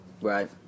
Right